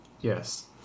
Yes